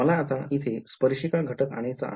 मला आता इथे स्पर्शिका घटक आणायचा आहे